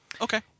Okay